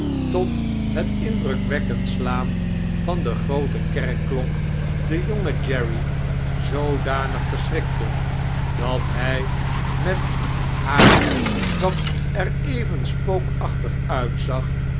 tot het indrukwekkend slaan van de groote kerkklok den jongen jerry zoodanig verschrikte dat fry met haar dat er even spookachtig uitzag